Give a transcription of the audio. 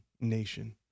nation